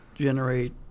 generate